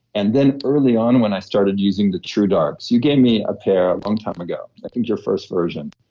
and then, early on when i started using the truedarks, you gave me a pair of long time ago, i think your first version